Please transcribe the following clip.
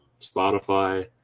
Spotify